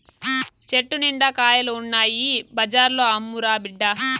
చెట్టు నిండా కాయలు ఉన్నాయి బజార్లో అమ్మురా బిడ్డా